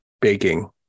baking